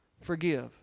forgive